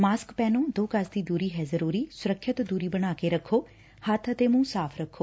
mask ਪਹਿਨੋ ਦੋ ਗਜ਼ ਦੀ ਦੁਰੀ ਹੈ ਜ਼ਰੁਰੀ ਸੁਰੱਖਿਅਤ ਦੂਰੀ ਬਣਾ ਕੇ ਰਖੋ ਹੱਬ ਅਤੇ ਮੁੰਹ ਸਾਫ਼ ਰੱਖੋ